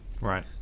right